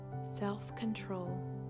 self-control